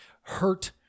hurt